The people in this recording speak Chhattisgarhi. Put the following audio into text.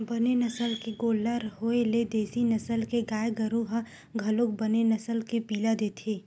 बने नसल के गोल्लर होय ले देसी नसल के गाय गरु ह घलोक बने नसल के पिला देथे